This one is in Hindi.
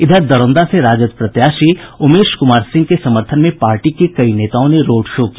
इधर दरौंदा से राजद प्रत्याशी उमेश कुमार सिंह के समर्थन में पार्टी के कई नेताओं ने रोड शो किया